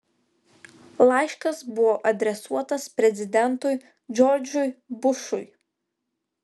laiškas buvo adresuotas prezidentui džordžui bušui